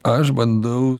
aš bandau